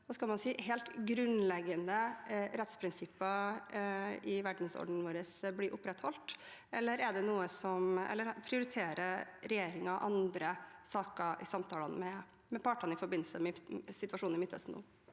sånn at helt grunnleggende rettsprinsipper i vår verdensorden blir opprettholdt, eller prioriterer regjeringen andre saker i samtalene med partene i forbindelse med situasjonen i Midtøsten nå?